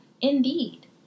Indeed